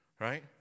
Right